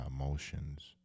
emotions